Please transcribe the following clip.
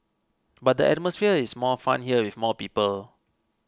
but the atmosphere is more fun here with more people